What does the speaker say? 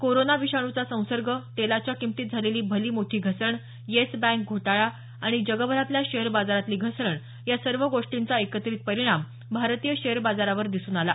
corona विषाणूचा संसर्ग तेलाच्या किंमतीत झालेली भली मोठी घसरण येस बँक घोटाळा आणि जगभरातल्या शेअर बाजारातली घसरण या सर्व गोष्टींचा एकत्रित परिणाम भारतीय शेअर बाजारावर दिसून आला